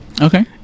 Okay